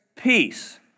peace